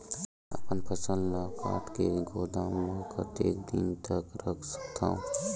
अपन फसल ल काट के गोदाम म कतेक दिन तक रख सकथव?